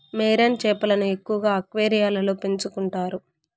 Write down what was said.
marine చేపలను ఎక్కువగా అక్వేరియంలలో పెంచుకుంటారు